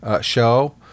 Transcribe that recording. show